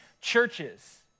churches